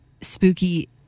spooky